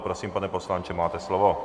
Prosím, pane poslanče, máte slovo.